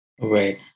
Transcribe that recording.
right